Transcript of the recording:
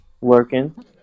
working